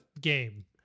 game